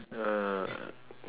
uh